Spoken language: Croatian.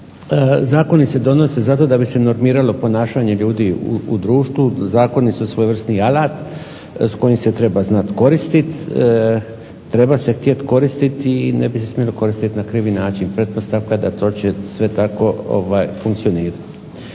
zakoni se donose zato da bi se normiralo ponašanje ljudi u društvu, zakoni su svojevrsni alat s kojima se treba znati koristiti, treba se htjeti koristiti i ne bi se smjeli koristiti na krivi način, pretpostavka da će to sve tako funkcionirati.